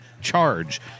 charge